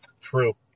True